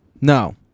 No